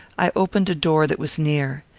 i opened a door that was near.